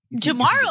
Tomorrow